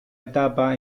etapa